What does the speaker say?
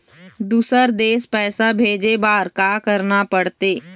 दुसर देश पैसा भेजे बार का करना पड़ते?